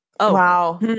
wow